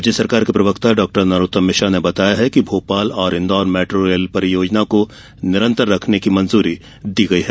राज्य सरकार के प्रवक्ता डॉ नरोत्तम मिश्र ने बताया कि भोपाल और इन्दौर मेट्रो रल परियोजनाओं को निरन्तर रखने की मंजूरी दी गई है